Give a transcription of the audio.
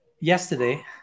yesterday